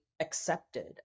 accepted